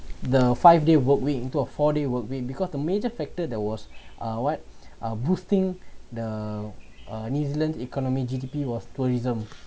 the five day work week into a four day work week because the major factor there was uh what uh boosting the uh new zealand economy G_D_P was tourism